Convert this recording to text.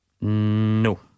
No